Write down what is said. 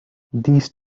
these